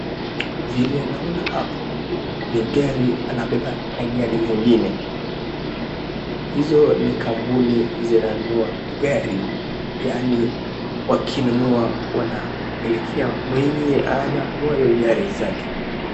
Vile na ona hapo ni gari inabeba gari zingine hizo ni kampuni zinanua gari yaani wakinunua wanapelekea mwenye ananua hiyo gari zake.